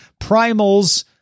primals